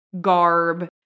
garb